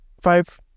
five